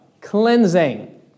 Cleansing